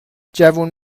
جوون